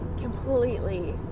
completely